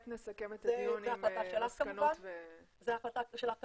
נסכם את הדיון עם מסקנות ו- -- זו החלטה שלך כמובן.